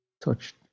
touched